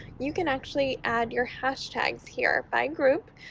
you can actually add your hashtags here by group.